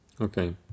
Okay